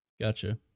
gotcha